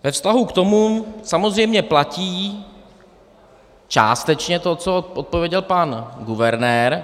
Ve vztahu k tomu samozřejmě platí částečně to, co odpověděl pan guvernér.